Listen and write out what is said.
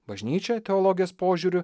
bažnyčia teologės požiūriu